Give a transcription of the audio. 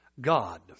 God